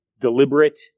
deliberate